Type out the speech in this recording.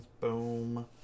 boom